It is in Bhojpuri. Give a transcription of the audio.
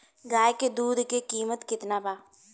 गाय के दूध के कीमत केतना बा?